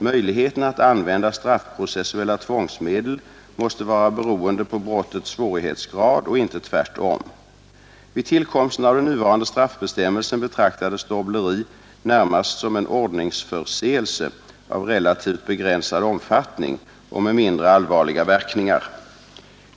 Möjligheten att använda straffprocessuella tvångsmedel måste vara beroende på brottets svårighetsgrad och inte tvärtom. Vid tillkomsten av den nuvarande straffbestämmelsen betraktades dobbleri närmast som en ordningsförseelse av relativt begränsad omfattning och med mindre allvarliga verkningar.